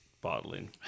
bottling